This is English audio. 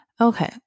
Okay